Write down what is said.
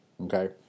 okay